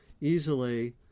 easily